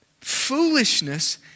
Foolishness